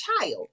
child